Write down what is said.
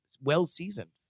well-seasoned